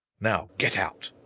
now get out!